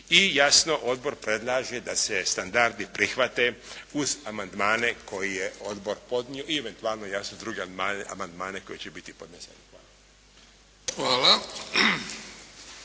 i jasno, odbor predlaže da se standardi prihvate uz amandmane koje je odbor podnio i eventualno, jasno, druge amandmane koji će biti podneseni. Hvala.